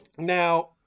Now